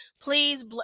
Please